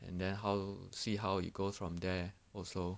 and then how see how it goes from there also